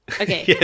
Okay